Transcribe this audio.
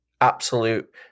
absolute